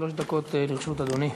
שלוש דקות לרשות אדוני.